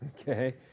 Okay